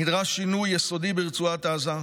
נדרש שינוי יסודי ברצועת עזה,